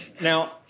Now